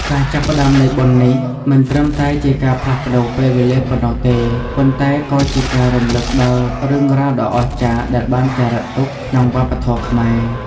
ការចាប់ផ្តើមនៃបុណ្យនេះ មិនត្រឹមតែជាការផ្លាស់ប្តូរពេលវេលាប៉ុណ្ណោះទេ ប៉ុន្តែក៏ជាការរំលឹកដល់រឿងរ៉ាវដ៏អស្ចារ្យដែលបានចារឹកទុកក្នុងវប្បធម៌ខ្មែរ។